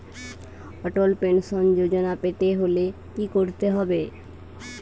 অটল pension যোজনা পেতে হলে কি করতে হবে?